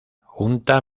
junta